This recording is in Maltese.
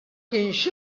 kienx